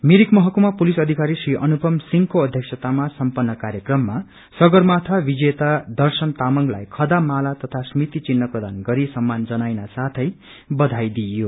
मिरिक महकुमा पुलिस अधिकरी श्री अनुपम सिंहको अध्यक्षतामा सम्न्न कार्यक्रममासगरमाथा विजेता दर्शन तामंगलाई खदा माला तथा समृति चिन्ह प्रदान गरि सम्मान जनाइयो साथै बधाई दिइयो